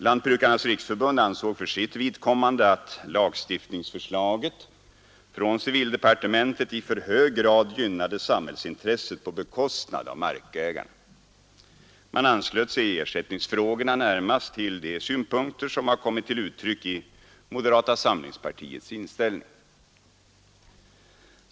Lantbrukarnas riksförbund ansåg för sitt vidkommande att lagstiftningsförslaget från civildepartementet i för hög grad gynnade samhällsintresset på bekostnad av markägarna. Man anslöt sig i ersättningsfrågorna närmast till de synpunkter, som kommit till uttryck i moderata samlingspartiets inställning.